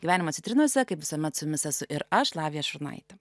gyvenimo citrinose kaip visuomet su mis esu ir aš lavija šurnaitė